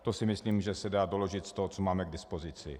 To si myslím, že se dá doložit z toho, co máme k dispozici.